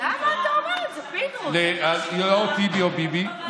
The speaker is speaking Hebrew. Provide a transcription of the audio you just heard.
היא או טיבי או ביבי,